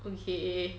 okay